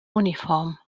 uniform